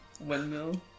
Windmill